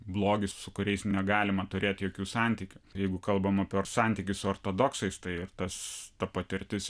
blogį su kuriais negalima turėti jokių santykių jeigu kalbama per santykius ortodoksais tai tas ta patirtis